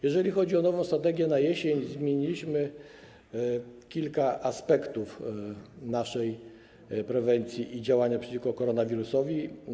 Jeżeli chodzi o nową strategię na jesień, zmieniliśmy kilka aspektów naszej prewencji i działania przeciwko koronawirusowi.